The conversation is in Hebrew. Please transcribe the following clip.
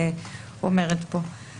תודה רבה.